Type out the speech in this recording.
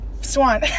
Swan